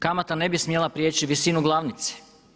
Kamata ne bi smjela priječi visinu glavnice.